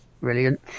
Brilliant